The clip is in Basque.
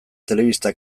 telebista